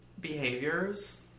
Behaviors